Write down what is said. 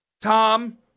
Tom